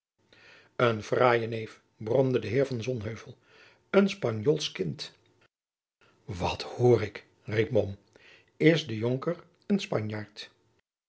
een fraaie neef bromde de heer van sonheuvel een spanjoolsch kind wat hoor ik riep mom is de jonker een spanjaard